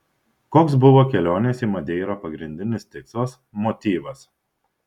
koks buvo kelionės į madeirą pagrindinis tikslas motyvas